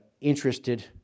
interested